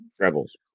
Rebels